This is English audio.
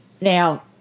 Now